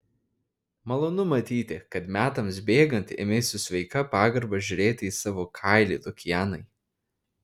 malonu matyti kad metams bėgant ėmei su sveika pagarba žiūrėti į savo kailį lukianai